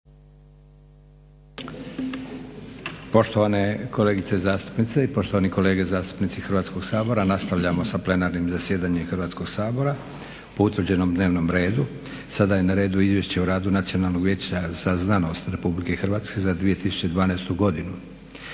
Poštovane kolegice zastupnice i poštovani kolege zastupnici Hrvatskog sabora nastavljamo sa plenarnim zasjedanjem Hrvatskog sabora po utvrđenom dnevnom redu. Sada je na redu - Izvješće o radu Nacionalnog vijeća za znanost Republike Hrvatske za 2012. godinu